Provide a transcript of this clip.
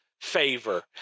favor